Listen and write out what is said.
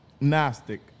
Gnostic